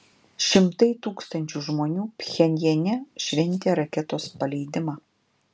šimtai tūkstančių žmonių pchenjane šventė raketos paleidimą